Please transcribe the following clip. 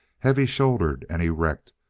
heavy-shouldered and erect,